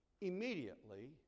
immediately